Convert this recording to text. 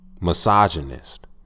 misogynist